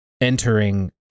entering